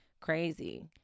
crazy